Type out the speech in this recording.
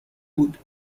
بود